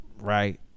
right